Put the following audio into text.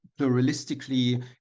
pluralistically